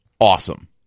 awesome